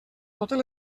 totes